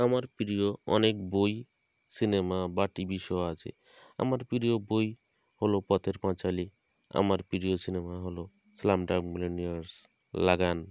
আমার প্রিয় অনেক বই সিনেমা বা টিভি শো আছে আমার প্রিয় বই হল পথের পাঁচালী আমার প্রিয় সিনেমা হল স্লামডাম মিলেনিয়ারস লাগান